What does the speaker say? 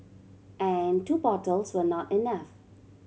and two bottles were not enough